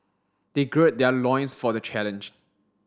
they gird their loins for the challenge